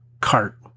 Cart